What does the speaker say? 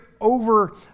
over